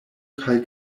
kaj